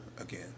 again